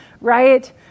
right